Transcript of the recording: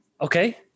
okay